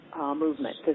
movement